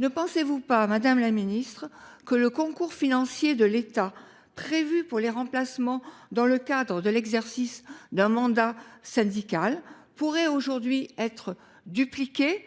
ne pensez vous pas, madame la ministre, que le concours financier de l’État prévu pour les remplacements dans le cadre de l’exercice d’un mandat syndical pourrait être dupliqué